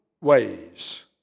ways